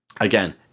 again